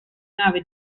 nave